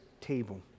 table